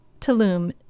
Tulum